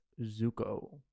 Zuko